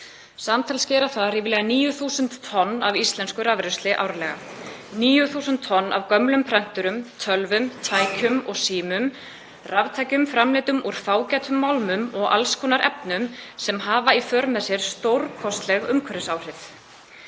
Samtals gera það ríflega 9.000 tonn af íslensku rafrusli árlega. 9.000 tonn af gömlum prenturum, tölvum, tækjum og símum, raftækjum framleiddum úr fágætum málmum og alls konar efnum sem hafa í för með sér stórkostleg umhverfisáhrif.